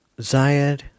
Zayed